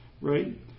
right